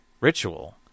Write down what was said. ritual